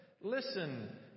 Listen